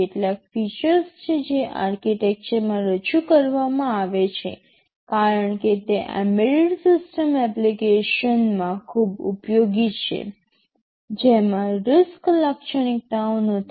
કેટલાક ફીચર્સ છે જે આર્કિટેક્ચરમાં રજૂ કરવામાં આવે છે કારણ કે તે એમ્બેડેડ સિસ્ટમ એપ્લિકેશનમાં ખૂબ ઉપયોગી છે જેમાં RISC લાક્ષણિકતાઓ નથી